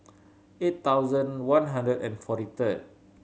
eight thousand one hundred and forty third